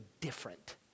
different